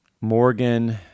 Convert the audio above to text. Morgan